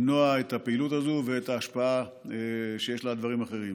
למנוע את הפעילות הזאת ואת ההשפעה שיש לה על דברים אחרים.